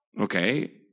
okay